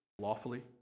lawfully